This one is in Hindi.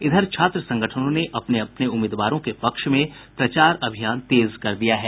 इधर छात्र संगठनों ने अपने अपने उम्मीदवारों के पक्ष में प्रचार अभियान तेज कर दिया है